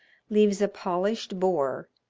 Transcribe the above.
leaves a polished bore,